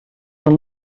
del